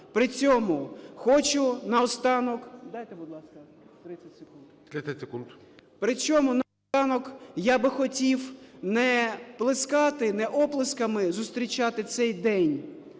При цьому наостанок я би хотів не плескати, не оплесками зустрічати цей день,